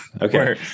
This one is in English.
Okay